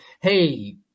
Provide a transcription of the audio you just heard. hey